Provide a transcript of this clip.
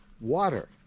water